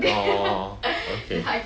orh okay